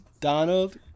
Donald